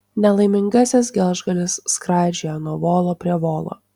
nelaimingasis gelžgalis skraidžioja nuo volo prie volo